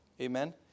Amen